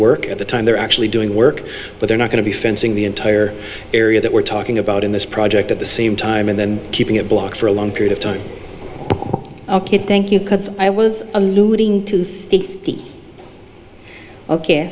work at the time they're actually doing work but they're not going to be fencing the entire area that we're talking about in this project at the same time and then keeping it blocked for a long period of time ok thank you because i was alluding to